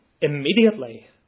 immediately